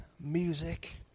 music